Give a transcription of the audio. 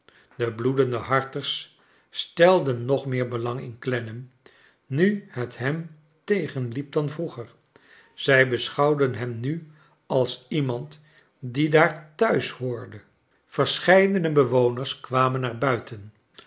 de bloedende harters stelden nog meer belang in clennam nu het hem tegenliep dan vroeger zij beschouwden hern nu als iemand die daar thuis hoorde yerscheidene bewoners kwa men naar buiten